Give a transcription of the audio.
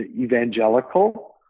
evangelical